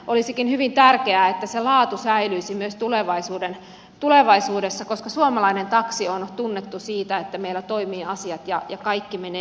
olisikin hyvin tärkeää että se laatu säilyisi myös tulevaisuudessa koska suomalainen taksi on tunnettu siitä että meillä toimii asiat ja kaikki menee hyvin